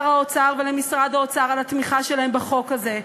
האוצר ולמשרד האוצר על התמיכה שלהם בחוק הזה.